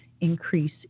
increase